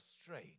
straight